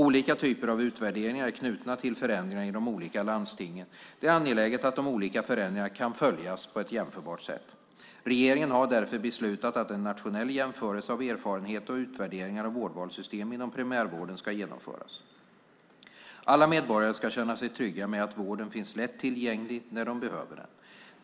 Olika typer av utvärderingar är knutna till förändringarna i de olika landstingen. Det är angeläget att de olika förändringarna kan följas på ett jämförbart sätt. Regeringen har därför beslutat att en nationell jämförelse av erfarenheter och utvärderingar av vårdvalssystem inom primärvården ska genomföras. Alla medborgare ska känna sig trygga med att vården finns lätt tillgänglig när de behöver den.